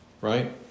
Right